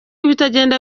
ibitagenda